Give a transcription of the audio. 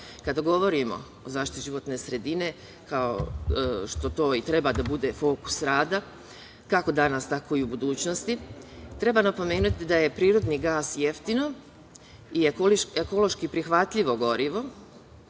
govorimo o zaštiti životne sredine kao što to treba da bude fokus rada, kako danas, tako i u budućnosti, treba napomenuti da je prirodni gas jeftino i ekološki prihvatljivo gorivo